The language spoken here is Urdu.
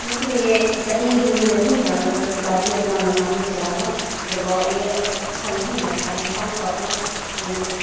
مطلب یہ صحیح رول نہیں ہے مطلب کہ آدمی اپنا منمانی چلانا مطلب یہ اچھا نہیں لگتا ہے انسان کو اپنا مطلب